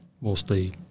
mostly